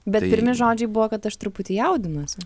bet pirmi žodžiai buvo kad aš truputį jaudinuosi